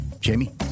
Jamie